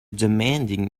demanding